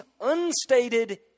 unstated